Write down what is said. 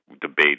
debate